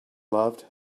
loved